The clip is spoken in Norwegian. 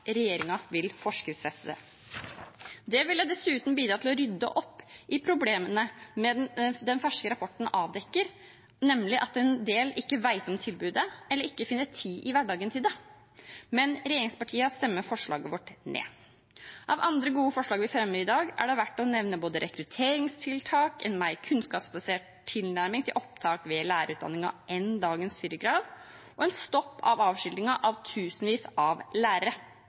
vil forskriftsfeste det. Det ville dessuten bidratt til å rydde opp i problemene som den ferske rapporten avdekker, nemlig at en del ikke vet om tilbudet eller ikke finner tid i hverdagen til det. Men regjeringspartiene stemmer forslaget vårt ned. Av andre gode forslag vi fremmer i dag, er det verdt å nevne både rekrutteringstiltak, en mer kunnskapsbasert tilnærming til opptak ved lærerutdanningen enn dagens firerkrav, og en stopp av avskiltingen av tusenvis av lærere.